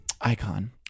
icon